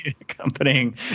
accompanying